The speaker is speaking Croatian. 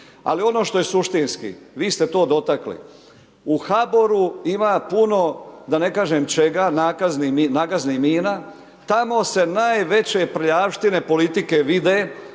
Ali ono što je suštinski, vi ste to dotakli, u HBOR-u ima puno da ne kažem čega, nagaznih mina, tamo se najveće prljavštine, politike vide